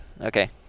Okay